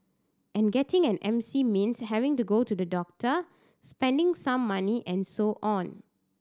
and getting an M C means having to go to the doctor spending some money and so on